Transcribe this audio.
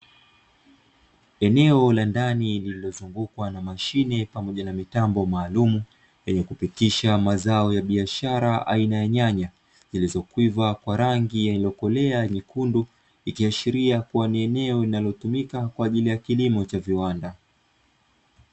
Eneo la ndani lililozungukwa na mashine pamoja na mitambo maalumu, yenye kupitisha mazao ya biashara aina ya nyanya zilizokwiva kwa rangi iliyokolea nyekundu, ikiashiria kuwa ni eneo linalotumika kwa ajili ya kilimo cha viwanda.